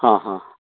ହଁ ହଁ